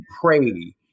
pray